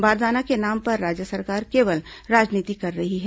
बारदाना के नाम पर राज्य सरकार केवल राजनीति कर रही है